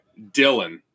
Dylan